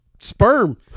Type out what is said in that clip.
Sperm